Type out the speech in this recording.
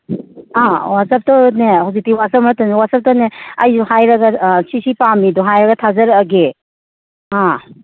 ꯑꯥ ꯋꯥꯆꯞꯇꯅꯦ ꯍꯧꯖꯤꯛꯇꯤ ꯋꯥꯆꯞ ꯃꯇꯝꯅꯤ ꯋꯥꯆꯞꯇꯅꯦ ꯑꯩꯁꯨ ꯍꯥꯏꯔꯒ ꯑꯥ ꯁꯤ ꯁꯤ ꯄꯥꯝꯏꯗꯣ ꯍꯥꯏꯔꯒ ꯊꯥꯖꯔꯛꯑꯒꯦ ꯑꯥ